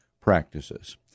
practices